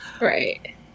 Right